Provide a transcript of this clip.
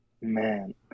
man